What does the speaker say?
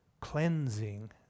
cleansing